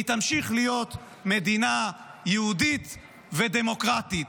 והיא תמשיך להיות מדינה יהודית ודמוקרטית,